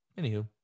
Anywho